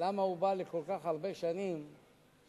למה הוא בא לכל-כך הרבה שנים לפרלמנט.